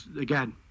Again